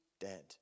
dead